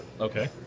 Okay